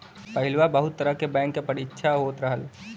पहिलवा बहुत तरह के बैंक के परीक्षा होत रहल